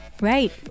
Right